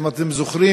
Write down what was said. אם אתם זוכרים,